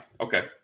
Okay